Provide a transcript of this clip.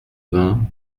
vingts